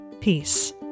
peace